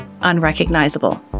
unrecognizable